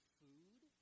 food